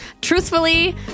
truthfully